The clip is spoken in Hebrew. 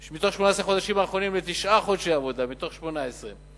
חודשים אחרונים לתשעה חודשי עבודה מתוך 18,